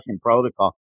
protocol